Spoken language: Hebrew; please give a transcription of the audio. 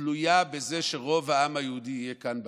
תלויה בזה שרוב העם היהודי יהיה כאן בארץ.